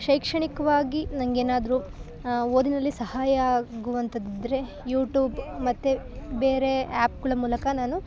ಶೈಕ್ಷಣಿಕವಾಗಿ ನನಗೇನಾದ್ರು ಓದಿನಲ್ಲಿ ಸಹಾಯ ಆಗುವಂಥದಿದ್ರೆ ಯುಟೂಬ್ ಮತ್ತು ಬೇರೆ ಆ್ಯಪ್ಗಳ ಮೂಲಕ ನಾನು